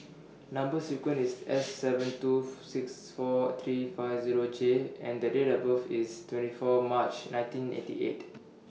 Number sequence IS S seven two six four three five Zero J and The Date of birth IS twenty four March nineteen eighty eight